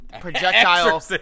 Projectile